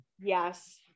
yes